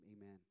amen